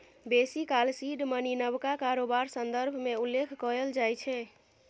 बेसी काल seed money नबका कारोबार संदर्भ मे उल्लेख कएल जाइ छै